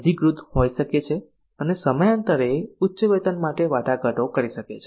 સંઘીકૃત હોઈ શકે છે અને સમયાંતરે ઉચ્ચ વેતન માટે વાટાઘાટો કરી શકે છે